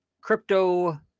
crypto